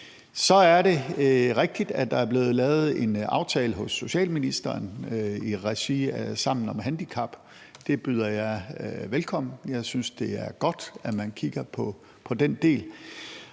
Så er det rigtigt, at der er blevet lavet en aftale hos socialministeren i regi af Sammen om handicap. Det byder jeg velkommen. Jeg synes, det er godt, at man kigger på den del.